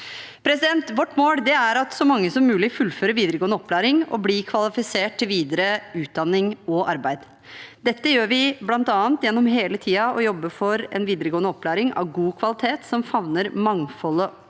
Vårt mål er at så mange som mulig fullfører videregående opplæring og blir kvalifisert til videre utdanning og arbeid. Dette gjør vi bl.a. gjennom hele tiden å jobbe for en videregående opplæring av god kvalitet som favner mangfoldet av elever.